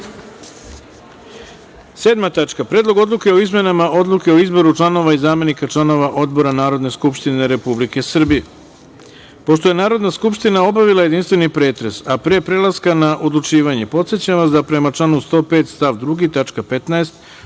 – Predlog odluke o izmenama Odluke o izboru članova i zamenika članova odbora Narodna skupština Republike Srbije. Pošto je Narodna skupština obavila jedinstveni pretres, a pre prelaska na odlučivanje, podsećam vas da, prema članu 105.